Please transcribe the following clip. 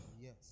Yes